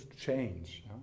change